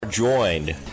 Joined